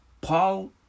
Paul